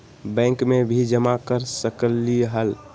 Bank में भी जमा कर सकलीहल?